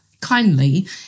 kindly